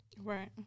Right